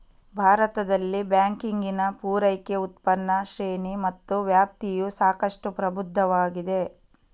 ಭಾರತದಲ್ಲಿ ಬ್ಯಾಂಕಿಂಗಿನ ಪೂರೈಕೆ, ಉತ್ಪನ್ನ ಶ್ರೇಣಿ ಮತ್ತು ವ್ಯಾಪ್ತಿಯು ಸಾಕಷ್ಟು ಪ್ರಬುದ್ಧವಾಗಿದೆ